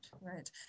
right